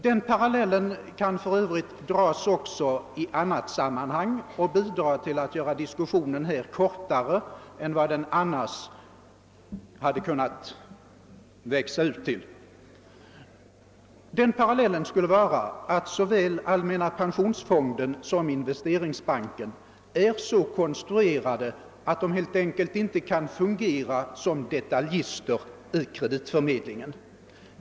Den parallellen kan dras också i anhat sammanhang och bidra till att göra diskussionen här mindre tidskrävande än vad den annars kanske blivit. Såväl allmänna pensionsfonden som Investeringsbanken är så konstruerade att de helt enkelt inte kan fungera som detaljister i kreditförmedling.